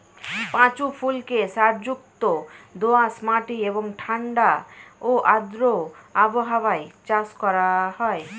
পাঁচু ফুলকে সারযুক্ত দোআঁশ মাটি এবং ঠাণ্ডা ও আর্দ্র আবহাওয়ায় চাষ করা হয়